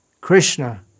Krishna